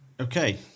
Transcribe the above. Okay